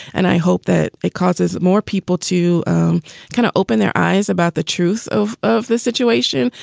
and i hope that it causes more people to kind of open their eyes about the truth of of the situation.